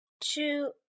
Two